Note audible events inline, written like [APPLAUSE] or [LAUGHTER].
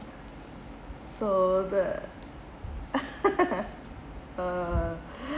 so the [LAUGHS] uh